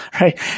right